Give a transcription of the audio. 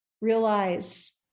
realize